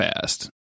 fast